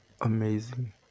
amazing